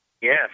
Yes